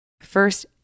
First